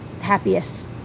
happiest